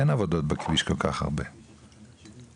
אין כל כך הרבה עבודות בכביש,